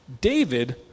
David